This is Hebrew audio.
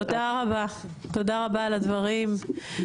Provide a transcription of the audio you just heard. תודה רבה על הדברים.